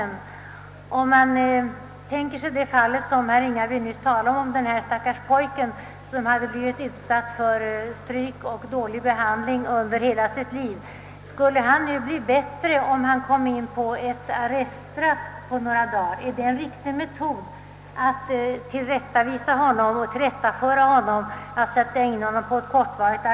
Skulle exempelvis den stackars pojke som herr Ringaby talade om, som fått stryk, som blivit utsatt för dålig behandling under hela sitt liv, bli bättre om han finge undergå några dagars arreststraff? Vore det en riktig metod att tillrättaföra honom — att sätta in honom på ett kortvarigt arreststraff?